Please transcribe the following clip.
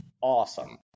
awesome